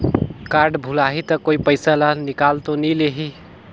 Card भुलाही ता कोई पईसा ला निकाल तो नि लेही?